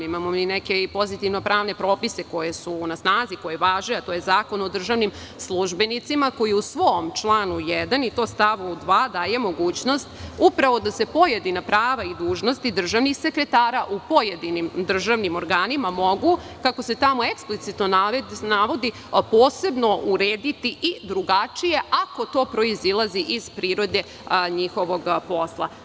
Imamo mi neke i pozitivno-pravne propise koji su na snazi, koji važe, a to je Zakon o državnim službenicima koji u svom članu 1. i stavu 2. daje mogućnost upravo da se pojedina prava i dužnosti državnih sekretara u pojedinim državnim organima mogu, kako se tamo eksplicitno navodi, posebno urediti i drugačije ako to proizilazi iz prirode njihovog posla.